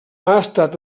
estat